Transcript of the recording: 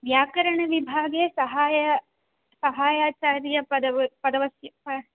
व्याकरणविभागे सहाय सहायाचार्य पदव्याः